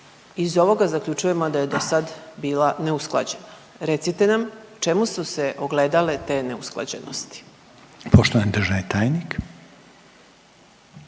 Iz ovoga zaključujemo da je dosada bila neusklađena. Recite nam u čemu su se ogledale te neusklađenosti. **Reiner, Željko